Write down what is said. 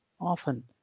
often